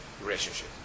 relationship